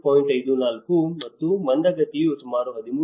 54 ಮತ್ತು ಮಂದಗತಿಯು ಸುಮಾರು 13